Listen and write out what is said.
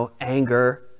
anger